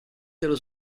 dello